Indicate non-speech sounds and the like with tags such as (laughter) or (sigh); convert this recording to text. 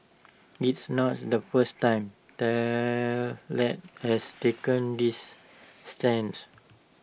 it's not (noise) the first time Tesla has taken this stance